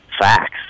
facts